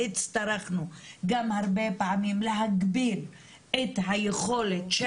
הצטרכנו גם הרבה פעמים להגביל את היכולת של